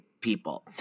people